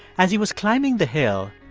as he was climbing the hill,